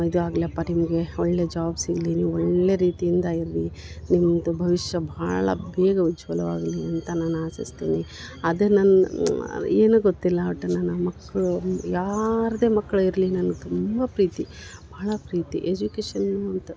ಇದು ಆಗ್ಲೆಪ್ಪ ನಿಮಗೆ ಒಳ್ಳೆಯ ಜಾಬ್ ಸಿಗಲಿ ನೀವು ಒಳ್ಳೆಯ ರೀತಿಯಿಂದ ಇರ್ರಿ ನಿಮ್ಮದು ಭವಿಷ್ಯ ಭಾಳ ಬೇಗ ಉಜ್ವಲವಾಗಲಿ ಅಂತ ನಾನು ಆಶಿಸ್ತಿನಿ ಅದೆ ನನ್ನ ಏನು ಗೊತ್ತಿಲ್ಲ ಒಟ್ಟು ನನ್ನ ಮಕ್ಕಳು ಯಾರದ್ದೇ ಮಕ್ಳು ಇರಲಿ ನನ್ಗ ತುಂಬ ಪ್ರೀತಿ ಭಾಳ ಪ್ರೀತಿ ಎಜುಕೇಶನ್ ಅಂತ